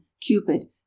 Cupid